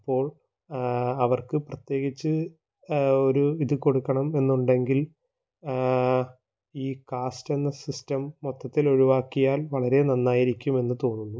അപ്പോള് അവര്ക്ക് പ്രത്യേകിച്ച് ഒരു ഇത് കൊടുക്കണം എന്നുണ്ടെങ്കില് ഈ കാസ്റ്റെന്ന സിസ്റ്റം മൊത്തത്തിലൊഴിവാക്കിയാല് വളരേ നന്നായിരിക്കും എന്ന് തോന്നുന്നു